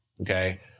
okay